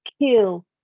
kill